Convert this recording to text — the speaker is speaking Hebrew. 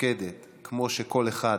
מתפקדת כמו שכל אחד